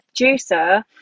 juicer